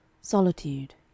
Solitude